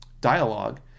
Dialogue